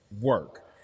work